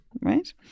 Right